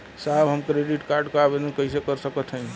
साहब हम credit card क आवेदन कइसे कर सकत हई?